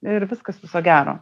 ir viskas viso gero